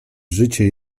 życie